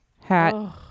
Hat